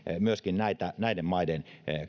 myöskin näiden maiden